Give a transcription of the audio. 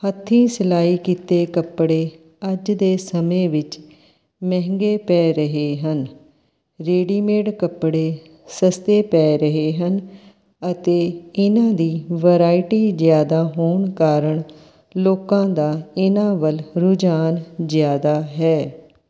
ਹੱਥੀਂ ਸਿਲਾਈ ਕੀਤੇ ਕੱਪੜੇ ਅੱਜ ਦੇ ਸਮੇਂ ਵਿੱਚ ਮਹਿੰਗੇ ਪੈ ਰਹੇ ਹਨ ਰੇਡੀਮੇਡ ਕੱਪੜੇ ਸਸਤੇ ਪੈ ਰਹੇ ਹਨ ਅਤੇ ਇਹਨਾਂ ਦੀ ਵਰਾਇਟੀ ਜ਼ਿਆਦਾ ਹੋਣ ਕਾਰਨ ਲੋਕਾਂ ਦਾ ਇਹਨਾਂ ਵੱਲ ਰੁਝਾਨ ਜ਼ਿਆਦਾ ਹੈ